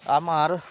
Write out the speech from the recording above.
আমার